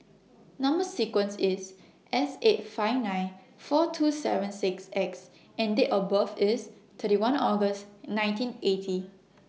Number sequence IS S eight five nine four two seven six X and Date of birth IS thirty one August nineteen eighty